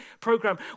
program